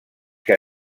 que